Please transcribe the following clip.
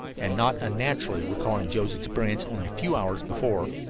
and not unnaturally, recalling joe's experience only a few hours before,